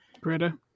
Greta